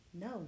No